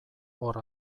hor